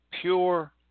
Pure